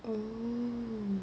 hmm